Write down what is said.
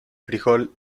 frijol